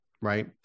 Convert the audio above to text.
Right